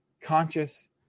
conscious